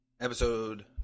Episode